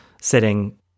sitting